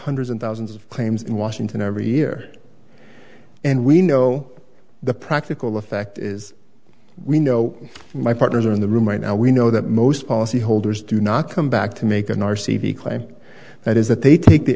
hundreds and thousands of claims in washington every year and we know the practical effect is we know my partners are in the room right now we know that most policyholders do not come back to make an r c b claim that is that they take the